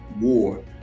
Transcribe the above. war